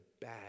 bad